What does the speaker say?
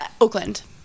Oakland